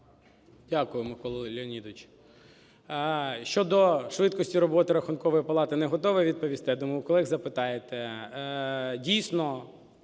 Дякую, Микола Леонідович. Щодо швидкості роботи Рахункової палати не готовий відповісти, я думаю, у колег запитаєте. Дійсно,